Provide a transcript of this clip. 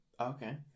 Okay